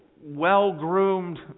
well-groomed